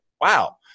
wow